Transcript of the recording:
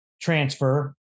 transfer